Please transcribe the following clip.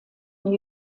new